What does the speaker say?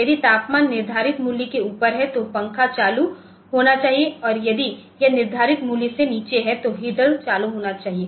यदि तापमान निर्धारित मूल्य के ऊपर है तो पंखा चालू होना चाहिए और यदि यह निर्धारित मूल्य से नीचे है तो हीटर चालू होना चाहिए